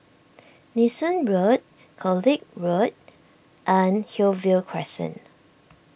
Nee Soon Road College Road and Hillview Crescent